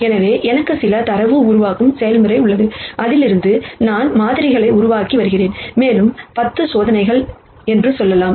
எனவே எனக்கு சில தரவு உருவாக்கும் செயல்முறை உள்ளது அதிலிருந்து நான் மாதிரிகளை உருவாக்கி வருகிறேன் மேலும் 10 சோதனைகள் என்று சொல்லலாம்